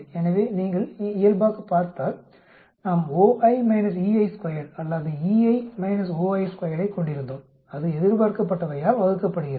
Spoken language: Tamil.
எனவே நீங்கள் இயல்பாக பார்த்தால் நாம் Oi Ei2 அல்லது Ei Oi2 ஐக் கொண்டிருந்தோம் அது எதிர்பார்க்கப்பட்டவையால் வகுக்கப்படுகிறது